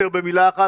במילה אחת,